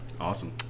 Awesome